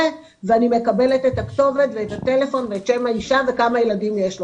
ואני מקבלת את הכתובת ואת הטלפון ואת שם האישה וכמה ילדים יש לו.